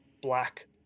black